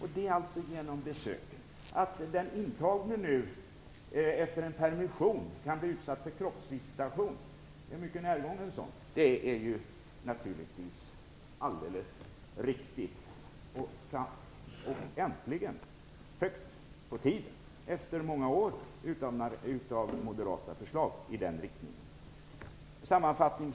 Att den intagne nu efter en permission kan bli utsatt för kroppsvisitation, och en mycket närgången sådan, är naturligtvis alldeles riktigt. Det är äntligen på tiden efter många år av moderata förslag i den riktningen. Herr talman!